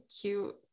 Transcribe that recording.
cute